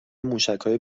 موشکهای